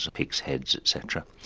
so pig's heads etc,